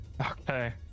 okay